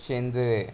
शेंदळे